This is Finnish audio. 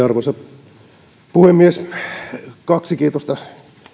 arvoisa puhemies kaksi kiitosta